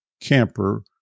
camper